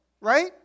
right